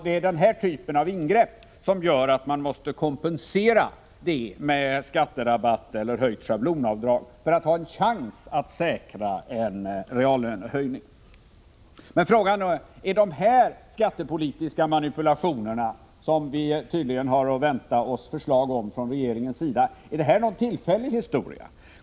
Det är denna typ av ingrepp som gör att man måste kompensera med skatterabatt eller höjt schablonavdrag för att ha en chans att säkra en reallönehöjning. Är då dessa skattepolitiska manipulationer, som vi tydligen har att vänta oss förslag om från regeringen, någon tillfällig historia?